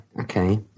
okay